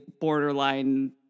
borderline